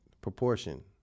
proportion